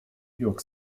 york